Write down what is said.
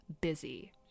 busy